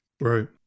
right